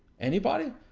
anybody,